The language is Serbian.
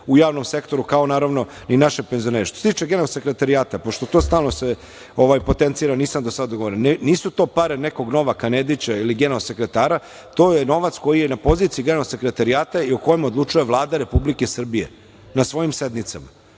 u javnom sektoru, kao naravno i naše penzionere. Što se tiče, Generalnog sekretarijata, pošto to stalno se potenciram nisam do sada govorio, nisu to pare nekog Novaka Nedića ili generalnog sekretara, to je novac koji je na poziciji Generalnog sekretarijata i o kojem odlučuje Vlada Republike Srbije na svojim sednicama